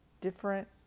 different